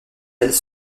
elles